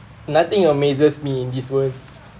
nothing amazes me in this world